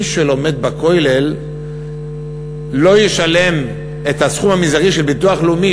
מי שלומד בכולל לא ישלם את הסכום המזערי של ביטוח לאומי,